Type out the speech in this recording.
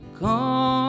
come